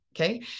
okay